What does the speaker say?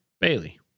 Bailey